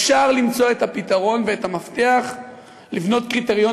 אפשר למצוא את הפתרון ואת המפתח לבנות קריטריון